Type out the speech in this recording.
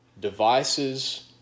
devices